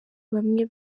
bamwe